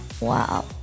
Wow